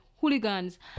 hooligans